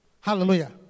Hallelujah